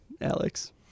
Alex